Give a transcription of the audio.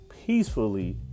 peacefully